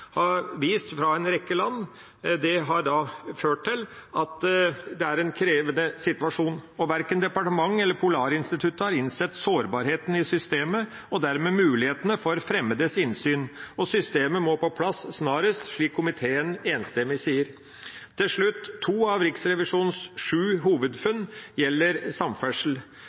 vist fra en rekke land, har ført til at det er en krevende situasjon. Verken departementet eller Polarinstituttet har innsett sårbarheten i systemet og dermed mulighetene for fremmedes innsyn. Systemet må på plass snarest, slik komiteen enstemmig sier. Til slutt: To av Riksrevisjonens sju hovedfunn gjelder samferdsel.